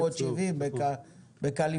בשנת 1970, בקליפורניה.